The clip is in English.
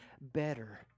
better